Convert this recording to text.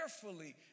carefully